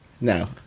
No